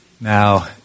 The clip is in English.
Now